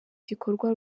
gikorwa